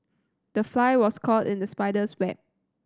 the fly was caught in the spider's web